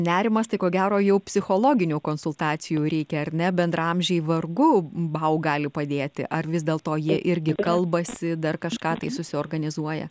nerimas tai ko gero jau psichologinių konsultacijų reikia ar ne bendraamžiai vargu bau gali padėti ar vis dėlto jie irgi kalbasi dar kažką tai susiorganizuoja